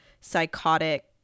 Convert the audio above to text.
psychotic